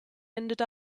ended